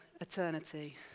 eternity